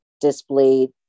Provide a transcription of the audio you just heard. displayed